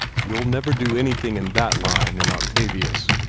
you'll never do anything in that line in octavius.